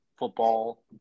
football